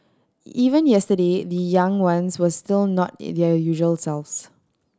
even yesterday the young ones were still not their usual selves